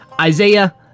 Isaiah